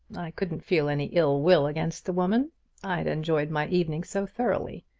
i couldn't feel any ill-will against the woman i'd enjoyed my evening so thoroughly.